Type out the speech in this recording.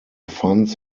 funds